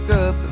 up